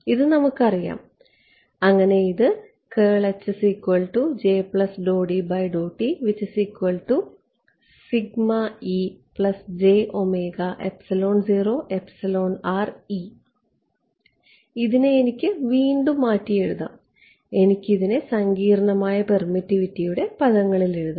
ഇതു നമുക്കറിയാം അങ്ങനെ ഇത് ഇതിനെ എനിക്ക് വീണ്ടും മാറ്റിയെഴുതാം എനിക്കിതിനെ സങ്കീർണമായ പെർമിറ്റിവിറ്റിയുടെ പദങ്ങളിൽ എഴുതാം